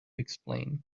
explain